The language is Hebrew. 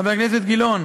חבר הכנסת גילאון,